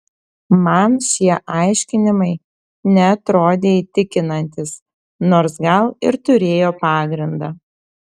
man šie aiškinimai neatrodė įtikinantys nors gal ir turėjo pagrindą